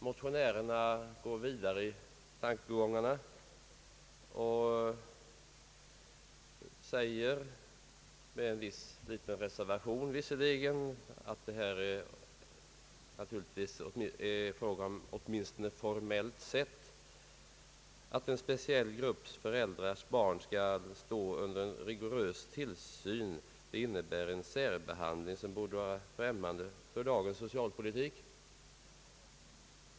Motionärerna går vidare i tankegångarna och säger, låt vara med en liten reservation, att det åtminstone formellt sett är fråga om att en speciell föräldragrupps barn skall stå under en rigorös tillsyn vilket innebär en särbehandling som borde vara främmande för dagens socialpolitik.